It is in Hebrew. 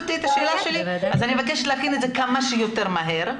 אני מבקשת לתת לנו את זה כמה שיותר מהר.